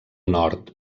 nord